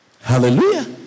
Hallelujah